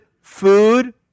food